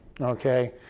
Okay